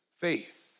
faith